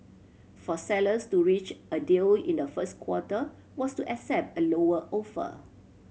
for sellers to reach a deal in the first quarter was to accept a lower offer